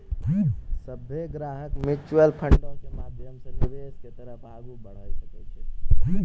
सभ्भे ग्राहक म्युचुअल फंडो के माध्यमो से निवेश के तरफ आगू बढ़ै सकै छै